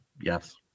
Yes